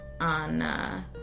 on